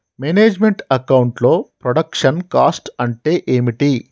Manage meant account లో production cost అంటే ఏమిటి?